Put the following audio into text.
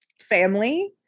family